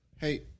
Hey